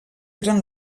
eren